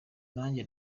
nanjye